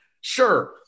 Sure